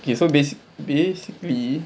okay so bas~ basically